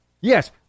Yes